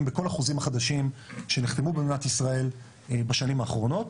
בכל החוזים החדשים שנחתמו במדינת ישראל בשנים האחרונות,